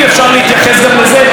ואפשר להתייחס גם לזה,